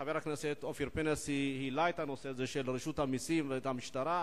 חבר הכנסת אופיר פינס העלה את הנושא של רשות המסים והמשטרה,